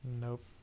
Nope